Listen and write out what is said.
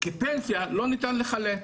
כי פנסיה לא ניתן לחלט.